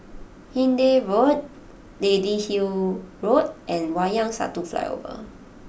Hindhede Road Lady Hill Road and Wayang Satu Flyover